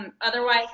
otherwise